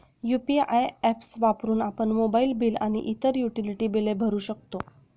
UPI apps वापरून आपण mobile bill आणि इतर युटिलिटी बिले भरू शकतो